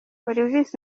olivis